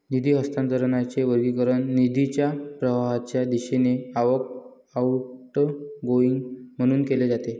निधी हस्तांतरणाचे वर्गीकरण निधीच्या प्रवाहाच्या दिशेने आवक, आउटगोइंग म्हणून केले जाते